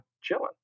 chilling